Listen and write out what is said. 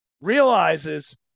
realizes